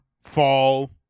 fall